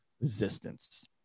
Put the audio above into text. resistance